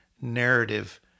narrative